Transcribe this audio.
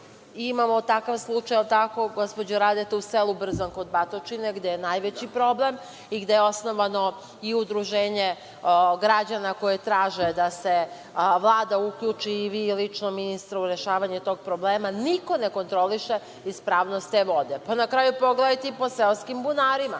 imamo takav slučaj, jel tako, gospođo Radeta, u selu Brzan kod Batočine, gde je najveći problem i gde je osnovano i udruženje građana koji traže da se Vlada uključi i vi lično, ministre, u rešavanje tog problema. Niko ne kontroliše ispravnost te vode. Na kraju, pogledajte i po seoskim bunarima.